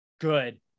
good